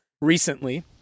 recently